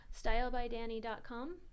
stylebydanny.com